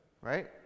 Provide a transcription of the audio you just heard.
Right